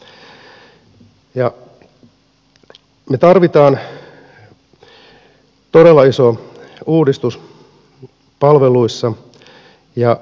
me tarvitsemme todella ison uudistuksen palveluissa